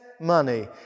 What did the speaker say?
money